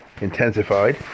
intensified